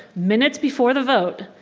minutes before the vote,